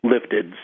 lifted